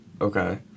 okay